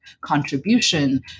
contribution